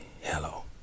hello